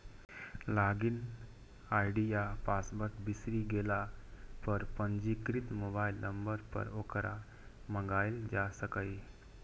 log in ID या password बिसरि गेला पर पंजीकृत मोबाइल नंबर पर ओकरा मंगाएल जा सकैए